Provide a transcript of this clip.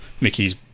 Mickey's